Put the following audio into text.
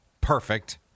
perfect